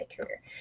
career